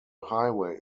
highway